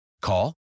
Call